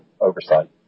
oversight